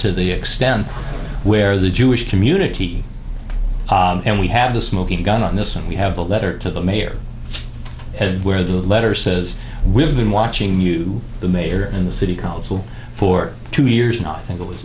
to the extent where the jewish community and we have the smoking gun on this and we have a letter to the mayor where the letter says we have been watching you the mayor and the city council for two years now think it was